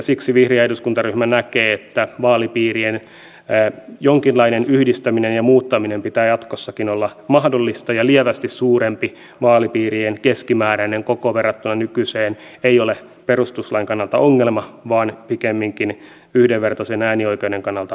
siksi vihreä eduskuntaryhmä näkee että vaalipiirien jonkinlainen yhdistäminen ja muuttaminen pitää jatkossakin olla mahdollista ja lievästi suurempi vaalipiirien keskimääräinen koko verrattuna nykyiseen ei ole perustuslain kannalta ongelma vaan pikemminkin yhdenvertaisen äänioikeuden kannalta mahdollisuus